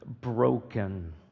broken